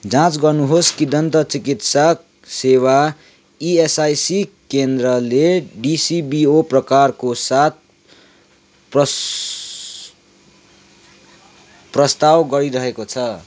जाँच गर्नुहोस् कि दन्त चिकित्सा सेवा इएसआइसी केन्द्रले डिसिबिओ प्रकारको साथ प्रस्ताव गरिरहेको छ